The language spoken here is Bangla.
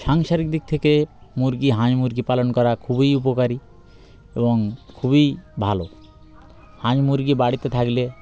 সাংসারিক দিক থেকে মুরগি মুরগি পালন করা খুবই উপকারী এবং খুবই ভালো হাঁজ মুরগি বাড়িতে থাকলে